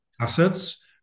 assets